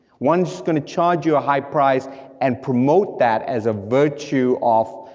one's just gonna charge you a high price and promote that as a virtue of